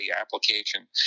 application